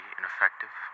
ineffective